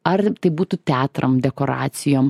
ar tai būtų teatram dekoracijom